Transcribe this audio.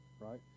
right